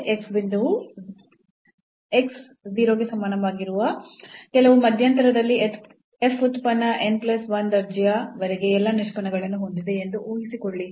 x ಬಿಂದುವು x 0 ಗೆ ಸಮನಾಗಿರುವ ಕೆಲವು ಮಧ್ಯಂತರದಲ್ಲಿ f ಉತ್ಪನ್ನ n ಪ್ಲಸ್ 1 ದರ್ಜೆಯ ವರೆಗೆ ಎಲ್ಲಾ ನಿಷ್ಪನ್ನಗಳನ್ನು ಹೊಂದಿದೆ ಎಂದು ಊಹಿಸಿಕೊಳ್ಳಿ